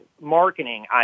marketing